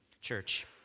church